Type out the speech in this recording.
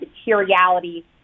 materiality